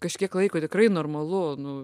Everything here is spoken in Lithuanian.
kažkiek laiko tikrai normalu nu